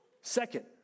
Second